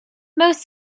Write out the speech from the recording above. most